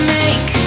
make